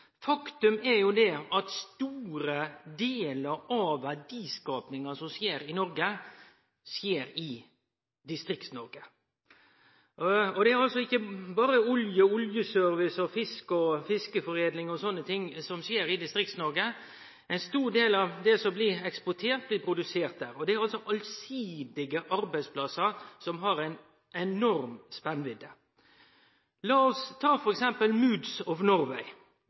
Faktum er at store delar av verdiskapinga som skjer i Noreg, skjer i Distrikts-Noreg. Det er altså ikkje berre olje, oljeservice, fisk og fiskeforedling og sånne ting som skjer i Distrikts-Noreg. Ein stor del av det som blir eksportert, blir produsert der, og det er allsidige arbeidsplassar, som har ein enorm spennvidde. Lat oss ta f.eks. Moods of Norway.